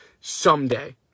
someday